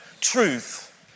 truth